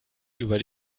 über